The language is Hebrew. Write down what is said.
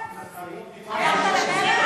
למרצ?